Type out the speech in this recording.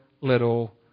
little